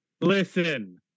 listen